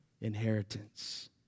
inheritance